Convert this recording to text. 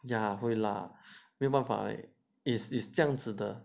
ya 会辣没办法 leh it's it's 这样子的